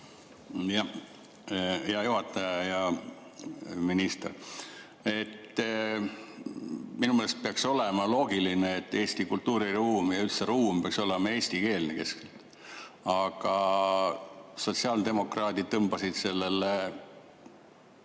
Hea juhataja! Hea minister! Minu meelest peaks olema loogiline, et Eesti kultuuriruum ja üldse ruum peaks olema eestikeelne, aga sotsiaaldemokraadid tõmbasid sellele